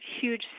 huge